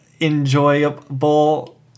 enjoyable